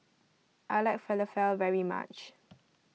I like Falafel very much